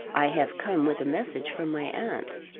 i have come with a message from my aunt.